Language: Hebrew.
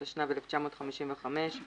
התשנ"ו-1995,